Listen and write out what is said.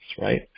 right